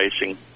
Racing